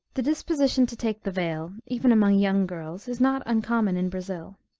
the disposition to take the veil, even among young girls, is not uncommon in brazil.